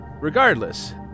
Regardless